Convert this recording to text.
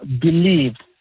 believed